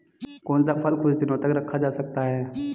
कौन सा फल कुछ दिनों तक रखा जा सकता है?